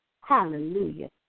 Hallelujah